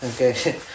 Okay